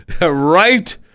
Right